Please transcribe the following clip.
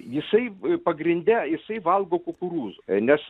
jisai pagrinde jisai valgo kukurūzu nes